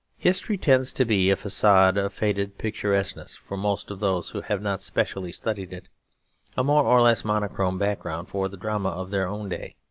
history tends to be a facade of faded picturesqueness for most of those who have not specially studied it a more or less monochrome background for the drama of their own day.